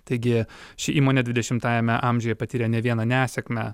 taigi ši įmonė dvidešimtajame amžiuje patyrė ne vieną nesėkmę